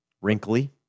wrinkly